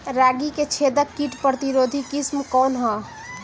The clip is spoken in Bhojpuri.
रागी क छेदक किट प्रतिरोधी किस्म कौन ह?